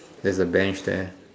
there's a bench there